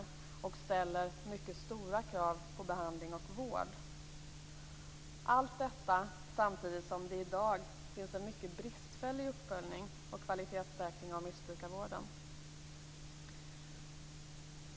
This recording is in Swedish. Detta ställer mycket stora krav på behandling och vård, allt detta samtidigt som det i dag finns en mycket bristfällig uppföljning och kvalitetssäkring av missbrukarvården.